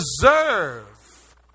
deserve